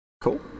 Cool